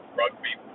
rugby